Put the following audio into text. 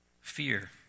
Fear